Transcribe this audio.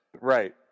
Right